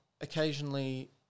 occasionally